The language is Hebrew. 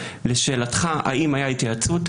לשאלתך האם היה התייעצות,